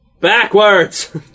Backwards